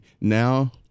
Now